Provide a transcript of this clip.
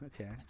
okay